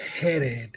headed